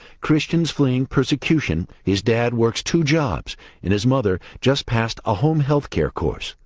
christians fleeing persecution, his dad works two jobs and his mother just passed a home health care course.